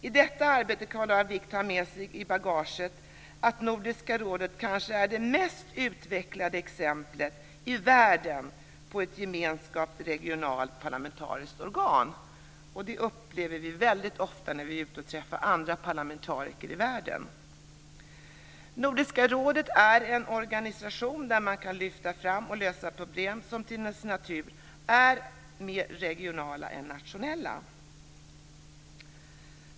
I detta arbete kan det vara av vikt att ha med sig i bagaget att Nordiska rådet kanske är det mest utvecklade exemplet i världen på ett gemensamt regionalt parlamentariskt organ. Det upplever vi väldigt ofta när vi är ute och träffar andra parlamentariker i världen. Nordiska rådet är en organisation där man kan lyfta och också lösa problem som till sin natur är mer regionala än nationella.